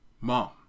mom